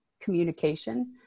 communication